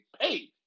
paid